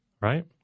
right